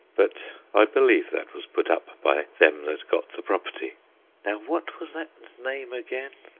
but i believe that was put up by them that got the property now what was that name again?